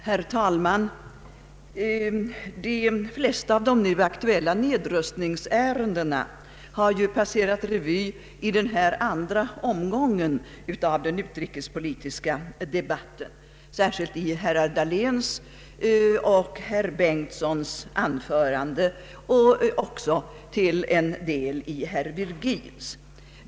Herr talman! De flesta av de nu aktuella nedrustningsärendena har ju passerat revy i denna andra omgång av den utrikespolitiska debatten, särskilt i herr Dahléns och herr Bengtsons men också till en del i herr Virgins anföranden.